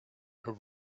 her